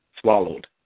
swallowed